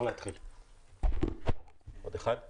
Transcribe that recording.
הטכוגרף הדיגיטלי).